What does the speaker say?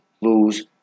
lose